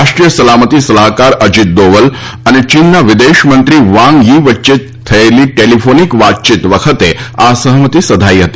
રાષ્રીદેય સલામતી સલાહકાર અજીત દોવલ અને ચીનના વિદેશમંત્રી વાંગ યી વચ્ચે થયેલી ટેલિફોનિક વાતચીત વખતે આ સહમતી સધાઈ હતી